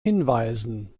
hinweisen